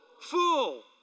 fool